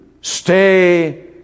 stay